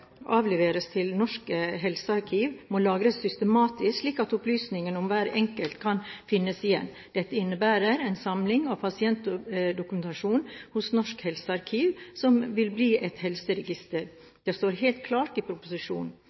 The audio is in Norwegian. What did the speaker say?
avleveres til Norsk helsearkiv, må lagres systematisk, slik at opplysninger om hver enkelt kan finnes igjen. Dette innebærer en samling av pasientdokumentasjon hos Norsk helsearkiv som vil bli et helseregister. Det står helt klart i proposisjonen.